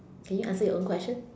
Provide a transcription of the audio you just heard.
can you answer your own question